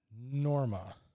Norma